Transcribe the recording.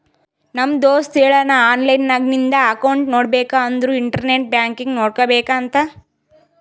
ನಮ್ ದೋಸ್ತ ಹೇಳುನ್ ಆನ್ಲೈನ್ ನಾಗ್ ನಿಂದ್ ಅಕೌಂಟ್ ನೋಡ್ಬೇಕ ಅಂದುರ್ ಇಂಟರ್ನೆಟ್ ಬ್ಯಾಂಕಿಂಗ್ ಮಾಡ್ಕೋಬೇಕ ಅಂತ್